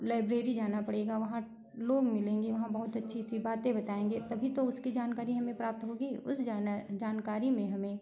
library जाना पड़ेगा वहाँ लोग मिलेगे वहाँ अच्छे अच्छे बातें बताएंगे तभी तो उसकी जानकारी हमें प्राप्त होगी उस जाना जानकारी में हमें